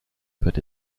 put